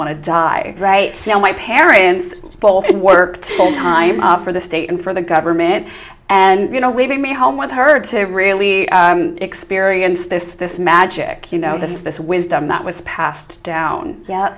want to die right so my parents both had worked full time for the state and for the government and you know leaving me home with her to really experience this this magic you know this is this wisdom that was passed down yeah